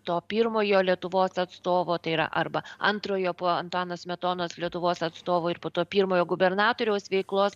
to pirmojo lietuvos atstovo tai yra arba antrojo po antano smetonos lietuvos atstovo ir po to pirmojo gubernatoriaus veiklos